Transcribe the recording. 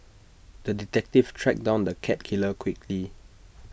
the detective tracked down the cat killer quickly